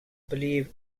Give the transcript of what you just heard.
believe